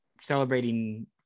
celebrating